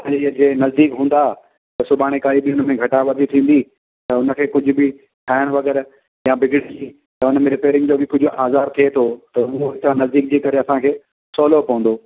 उन जे जे नज़दीक हूंदा त सुभाणे काई बि उन में घटा वधी थींदी त उन खे कुझु बि ठाहिण वग़ैरह या बिगिड़जी या उन में रिपेरिंग जो कुझु बि औज़ार थिए थो त उहो छा नज़दीक जे करे असां खे सवलो पवंदो